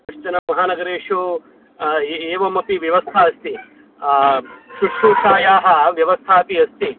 कश्चन महानगरेषु ए एवमपि व्यवस्था अस्ति शुश्रूषायाः व्यवस्था अपि अस्ति